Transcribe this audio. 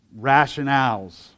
rationales